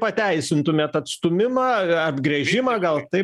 pateisintumėt atstūmimą apgręžimą gal tai